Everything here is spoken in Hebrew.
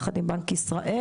יחד עם בנק ישראל,